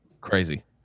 crazy